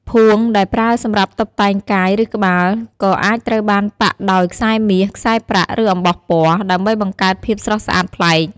ភួងដែលប្រើសម្រាប់តុបតែងកាយ ឬក្បាល ក៏អាចត្រូវបានប៉ាក់ដោយខ្សែមាស ខ្សែប្រាក់ ឬអំបោះពណ៌ ដើម្បីបង្កើតភាពស្រស់ស្អាតប្លែក។